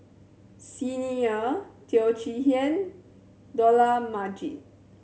Xi Ni Er Teo Chee Hea Dollah Majid